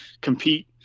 compete